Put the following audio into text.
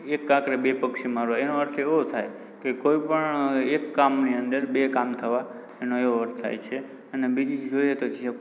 એક કાંકરે બે પક્ષી મારવા એનો અર્થ એવો થાય કે કોઇપણ એક કામની અંદર બે કામ થવા એનો એવો અર્થ થાય છે અને બીજી રીતે કહેવત